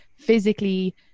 physically